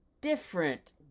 different